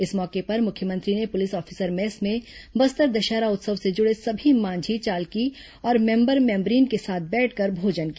इस मौके पर मुख्यमंत्री ने पुलिस ऑफिसर मेस में बस्तर दशहरा उत्सव से जुड़े सभी मांझी चालकी और मेंबर मेंबरीन के साथ बैठकर भोजन किया